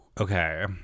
Okay